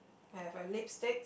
have a lipstick